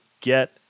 get